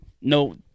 no